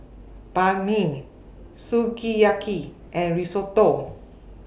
Banh MI Sukiyaki and Risotto